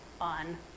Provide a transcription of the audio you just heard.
on